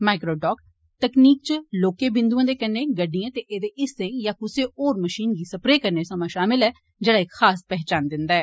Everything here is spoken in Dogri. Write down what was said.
माइक्रोडाटस तकनीक इच लौहके बिंदुएं दे कन्नै गडिडएं ते एहदे हिस्सें या कुसै होर मशीन गी सप्रै करना शामिल ऐ जेड़ा इक खास पहचान दिंदा ऐ